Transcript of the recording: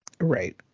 right